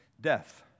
death